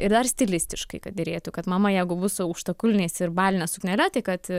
ir dar stilistiškai kad derėtų kad mama jeigu bus su aukštakulniais ir baline suknele tai kad